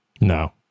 No